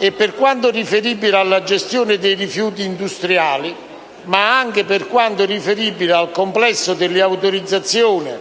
e per quanto riferibile alla gestione dei rifiuti industriali, ma anche delle autorizzazioni,